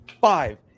five